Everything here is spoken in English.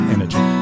Energy